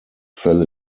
fell